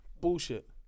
Bullshit